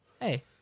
hey